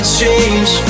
change